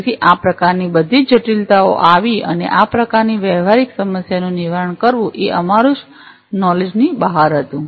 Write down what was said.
તેથી આ પ્રકારની બધી જટિલતાઑ આવી અને આ પ્રકારની વ્યવહારિક સમસ્યાનું નિવારણ કરવું એ અમારા જ્ નોલેજ ની બહારનું હતું